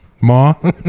Ma